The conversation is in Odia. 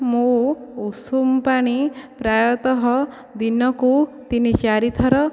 ମୁଁ ଉଷୁମ ପାଣି ପ୍ରାୟତଃ ଦିନକୁ ତିନି ଚାରି ଥର